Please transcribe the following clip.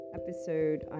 episode